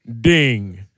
ding